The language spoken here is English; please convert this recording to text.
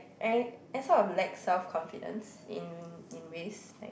I I sort of lack self confidence in in ways like